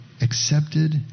accepted